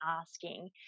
asking